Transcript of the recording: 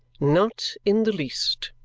not in the least,